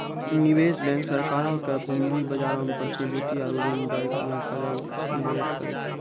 निवेश बैंक सरकारो के पूंजी बजारो मे प्रतिभूति आरु ऋण दै मे करै मदद करै छै